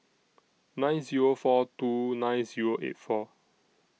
nine Zero four two nine Zero eight four